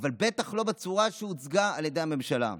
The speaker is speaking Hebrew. אבל בטח לא בצורה שהוצגה על ידי הממשלה.